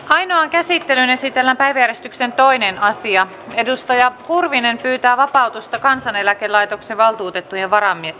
ainoaan käsittelyyn esitellään päiväjärjestyksen toinen asia antti kurvinen pyytää vapautusta kansaneläkelaitoksen valtuutettujen